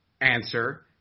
answer